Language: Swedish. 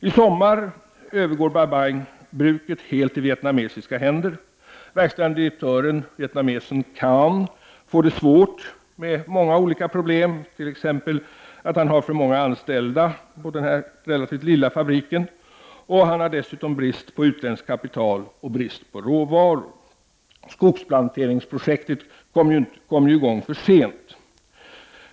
I sommar övergår pappersbruket i Bai Bang helt i vietnamesiska händer. Den verkställande direktören, vietnamesen Khanh, får det svårt och ställs inför många olika problem. Han har t.ex. för många anställda på den relativt lilla fabriken och dessutom brist på utländskt kapital och brist på råvaror. Skogsplanteringsprojektet kom ju i gång för sent.